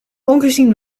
ongezien